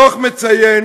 בדוח מצוין